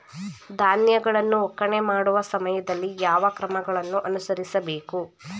ಧಾನ್ಯಗಳನ್ನು ಒಕ್ಕಣೆ ಮಾಡುವ ಸಮಯದಲ್ಲಿ ಯಾವ ಕ್ರಮಗಳನ್ನು ಅನುಸರಿಸಬೇಕು?